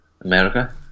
America